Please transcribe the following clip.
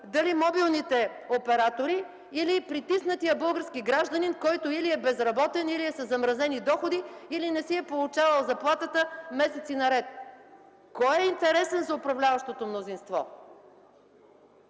дали мобилните оператори, или притиснатият български гражданин, който или е безработен, или е със замразени доходи, или не си е получавал заплатата месеци наред? Кой е интересен за управляващото мнозинството